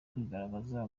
kwigaragaza